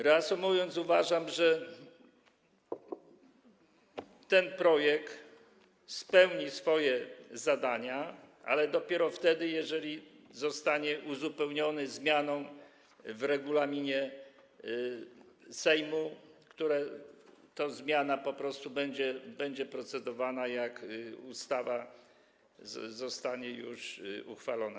Reasumując, uważam, że ten projekt spełni swoje zadania, ale dopiero wtedy, kiedy zostanie uzupełniony zmianą w regulaminie Sejmu, która to zmiana będzie procedowana, jak ustawa zostanie już uchwalona.